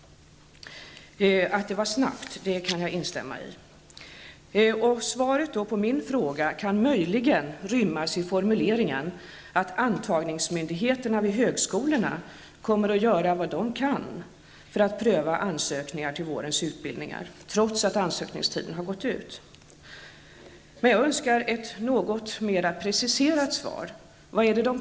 Att det var snabbt, kan jag instämma i. Svaret på min fråga kan möjligen rymmas i formuleringen att antagningsmyndigheterna vid högskolorna kommer att göra vad de kan för att pröva ansökningar till vårens utbildningar, trots att ansökningstiden har gått ut. Jag önskar ändock ett något mera preciserat svar. Vad kan de göra?